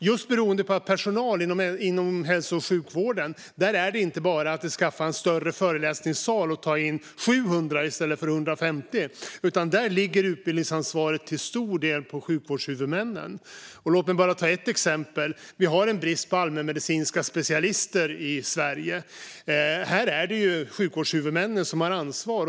När det gäller personal inom hälso och sjukvården handlar det inte bara om att skaffa en större föreläsningssal och ta in 700 i stället för 150 personer, utan där ligger utbildningsansvaret till stor del på sjukvårdshuvudmännen. Till exempel råder det brist på allmänmedicinska specialister i Sverige. Här är det sjukvårdshuvudmännen som har ansvar.